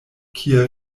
kia